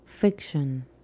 Fiction